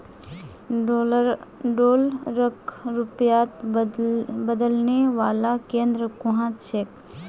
डॉलरक रुपयात बदलने वाला केंद्र कुहाँ छेक